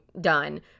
done